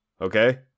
okay